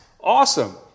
awesome